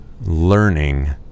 learning